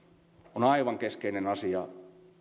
on aivan keskeinen asia